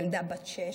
ילדה בת שש.